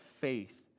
faith